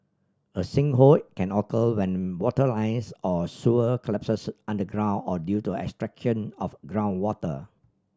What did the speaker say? a sinkhole can occur when water lines or sewer collapses underground or due to extraction of groundwater